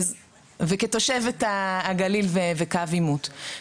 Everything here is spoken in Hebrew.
וכתושבת הגליל וקו העימות.